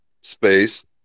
space